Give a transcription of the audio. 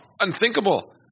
unthinkable